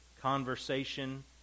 conversation